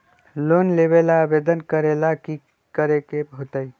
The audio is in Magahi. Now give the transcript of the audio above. लोन लेबे ला आवेदन करे ला कि करे के होतइ?